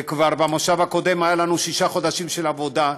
וכבר במושב הקודם היו לנו שישה חודשים של עבודה,